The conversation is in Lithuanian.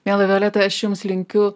miela violeta aš jums linkiu